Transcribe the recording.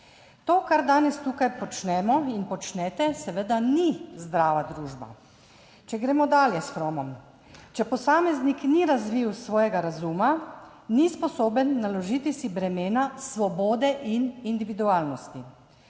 To, kar danes tukaj počnemo in počnete, seveda ni zdrava družba. Če gremo dalje s Frommom: "Če posameznik ni razvil svojega razuma, ni sposoben naložiti si bremena svobode in individualnosti,